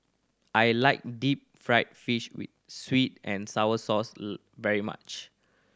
I like deep fried fish with sweet and sour sauce very much